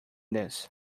this